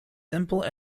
simple